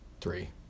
Three